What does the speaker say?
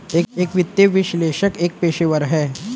एक वित्तीय विश्लेषक एक पेशेवर है